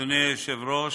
אדוני היושב-ראש,